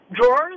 drawers